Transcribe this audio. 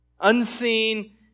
unseen